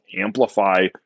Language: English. amplify